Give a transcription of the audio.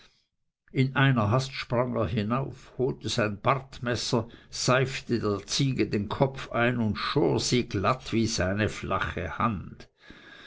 in einer hast sprang er hinauf holte sein bartmesser seifte der ziege den kopf ein und schor sie so glatt wie seine flache hand